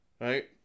right